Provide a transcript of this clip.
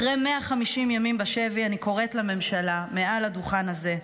אחרי 150 ימים בשבי אני קוראת לממשלה מעל הדוכן הזה: